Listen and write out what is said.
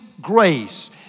grace